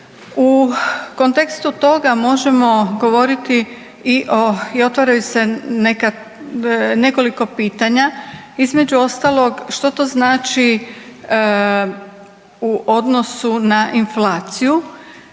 U kontekstu toga možemo govoriti i otvaraju se nekoliko pitanje, između ostalog što to znači u odnosu na inflaciju